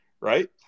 right